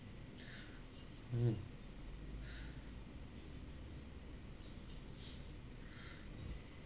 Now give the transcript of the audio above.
mm